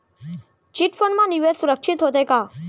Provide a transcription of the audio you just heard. Chit fund मा निवेश सुरक्षित होथे का?